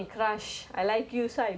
legit